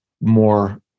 more